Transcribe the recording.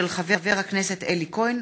מאת חבר הכנסת אלי כהן